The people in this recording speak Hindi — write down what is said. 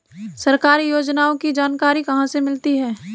सरकारी योजनाओं की जानकारी कहाँ से मिलती है?